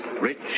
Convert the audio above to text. Rich